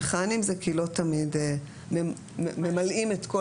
"המכהנים" זה כי לא תמיד ממלאים את כל